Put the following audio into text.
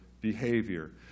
behavior